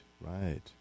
right